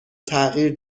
تغییر